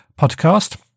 podcast